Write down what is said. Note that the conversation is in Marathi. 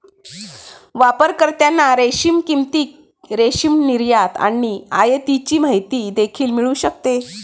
वापरकर्त्यांना रेशीम किंमती, रेशीम निर्यात आणि आयातीची माहिती देखील मिळू शकते